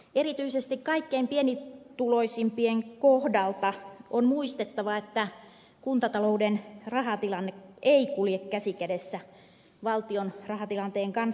erityisesti kaikkein pienituloisimpien kohdalta on muistettava että kuntatalouden rahatilanne ei kulje käsi kädessä valtion rahatilanteen kanssa